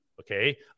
Okay